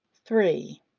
three.